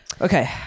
okay